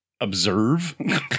observe